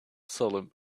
salem